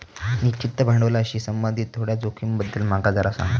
निश्चित भांडवलाशी संबंधित थोड्या जोखमींबद्दल माका जरा सांग